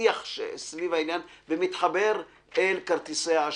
השיח על העניין, וזה מתחבר אל כרטיסי האשראי.